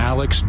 Alex